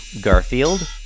Garfield